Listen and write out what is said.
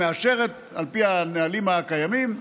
מאשרת על פי הנהלים הקיימים,